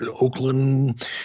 Oakland